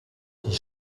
diese